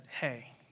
hey